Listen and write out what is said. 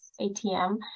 ATM